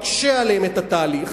מקשה עליהם את התהליך.